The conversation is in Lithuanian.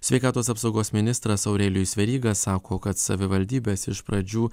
sveikatos apsaugos ministras aurelijus veryga sako kad savivaldybės iš pradžių